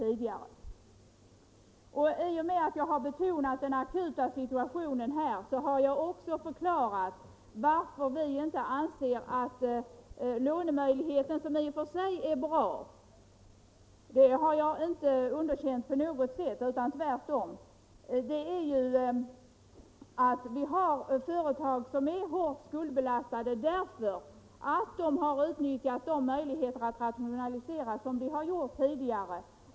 I och med att jag har betonat den akuta situationen har jag också förklarat varför vi inte anser att lånemöjligheten är till fyllest. I och för sig är den bra — jag har inte på något sätt underkänt den, tvärtom. Många företag är emellertid hårt skuldbelastade därför att de har utnyttjat de möjligheter att rationalisera som har funnits tidigare.